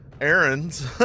errands